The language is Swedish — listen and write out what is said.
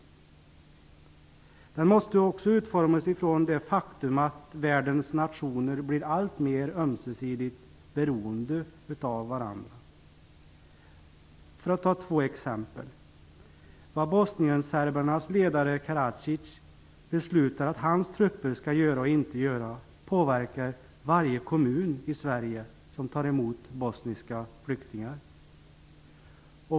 Säkerhetspolitiken måste också utformas med utgångspunkt i det faktum att världens nationer blir alltmer ömsesidigt beroende av varandra. Det finns två exempel: Vad bosnienserbernas ledare Karadzic beslutar att hans trupper skall göra och inte göra, påverkar varje kommun i Sverige som tar emot bosniska flyktingar.